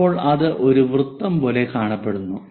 അപ്പോൾ അത് ഒരു വൃത്തം പോലെ കാണപ്പെടുന്നു